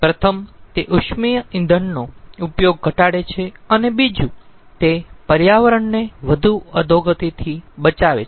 પ્રથમ તે અશ્મિભૂત ઇંધણનો ઉપયોગ ઘટાડે છે અને બીજું તે પર્યાવરણને વધુ અધોગતિથી બચાવે છે